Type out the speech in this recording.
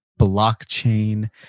blockchain